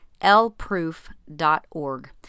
lproof.org